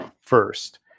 first